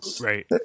Right